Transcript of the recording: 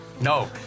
No